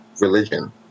religion